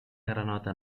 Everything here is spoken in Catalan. granota